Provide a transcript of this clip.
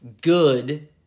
good